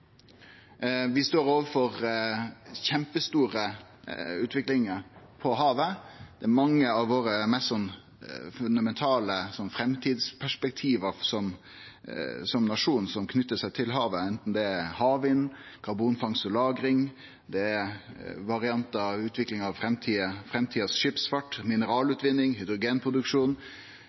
Vi står overfor kjempestore utviklingar på havet. Mange av dei mest fundamentale framtidsperspektiva vi har som nasjon, knyter seg til havet, anten det er havvind, karbonfangst og lagring, variantar av utviklinga av framtidig skipsfart, mineralutvinning